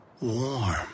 warm